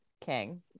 King